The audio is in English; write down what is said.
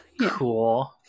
cool